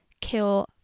kill